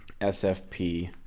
SFP